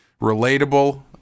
relatable